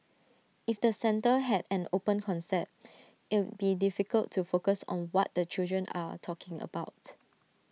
if the centre had an open concept it'd be difficult to focus on what the children are talking about